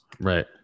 Right